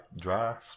dry